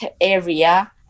area